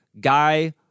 Guy